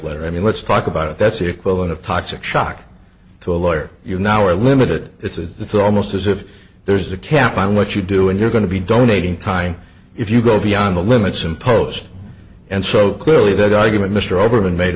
letter i mean let's talk about it that's the equivalent of toxic shock to a lawyer you're now are limited it's almost as if there's a cap on what you do and you're going to be donating time if you go beyond the limits imposed and so clearly that argument mr oberman made